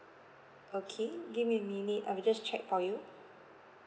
okay give me a minute I'll just check for you